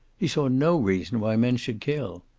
he saw no reason why men should kill.